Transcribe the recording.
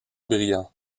brillants